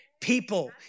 people